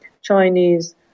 Chinese